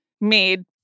made